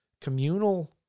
communal